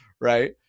right